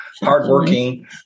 hardworking